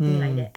mm